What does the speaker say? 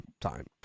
time